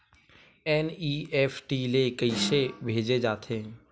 NEFT ले कइसे भेजे जाथे?